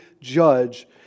judge